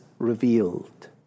revealed